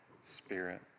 spirit